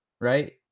right